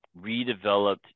redeveloped